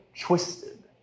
twisted